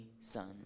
son